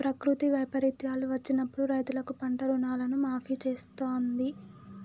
ప్రకృతి వైపరీత్యాలు వచ్చినప్పుడు రైతులకు పంట రుణాలను మాఫీ చేస్తాంది